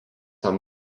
ant